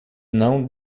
não